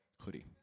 hoodie